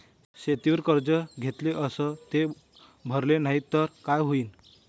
शेतीवर कर्ज घेतले अस ते भरले नाही तर काय होईन?